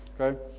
okay